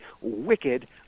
wicked